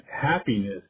happiness